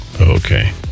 Okay